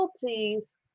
penalties